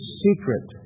secret